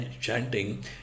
chanting